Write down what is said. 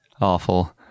awful